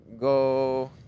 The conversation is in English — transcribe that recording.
go